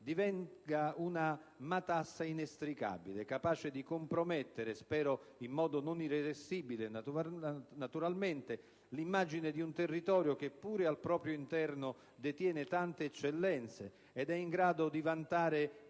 divenga una matassa inestricabile, capace di compromettere - spero in modo non irreversibile, naturalmente - l'immagine di un territorio che, pure al proprio interno, detiene tante eccellenze ed è in grado di vantare